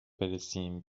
برسیم